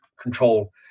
control